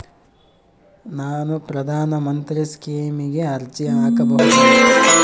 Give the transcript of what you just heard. ನಾನು ಪ್ರಧಾನ ಮಂತ್ರಿ ಸ್ಕೇಮಿಗೆ ಅರ್ಜಿ ಹಾಕಬಹುದಾ?